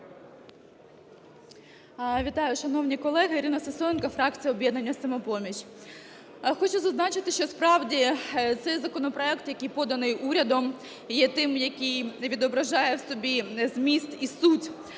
Вітаю, шановні колеги. Ірина Сисоєнко, фракція "Об'єднання "Самопоміч". Хочу зазначити, що справді цей законопроект, який поданий урядом, є тим, який відображає в собі зміст і суть